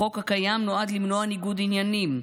החוק הקיים נועד למנוע ניגוד עניינים,